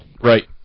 Right